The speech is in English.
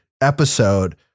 episode